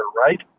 right